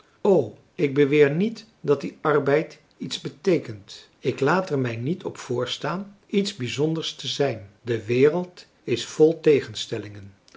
ik beweer niet dat die arbeid iets beteekent ik laat er mij niet op voorstaan iets bijzonders te zijn de wereld is vol tegenstellingen